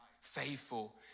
faithful